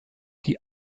die